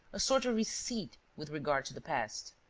a sort of receipt with regard to the past.